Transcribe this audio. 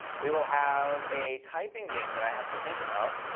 we will have a typing game that i have to think about.